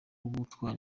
gutwara